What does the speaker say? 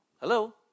Hello